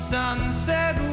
Sunset